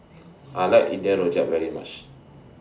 I like India Rojak very much